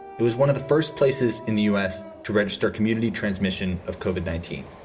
it was one of the first places in the us to register community transmission of cauvin nineteen,